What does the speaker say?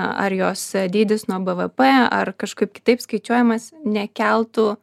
ar jos dydis nuo bvp ar kažkaip kitaip skaičiuojamas nekeltų